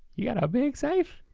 you got a big safe?